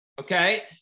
Okay